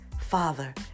Father